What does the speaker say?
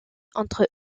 entre